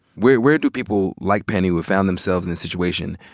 where where do people like penny, who have found themselves in a situation,